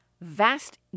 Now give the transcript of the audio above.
vast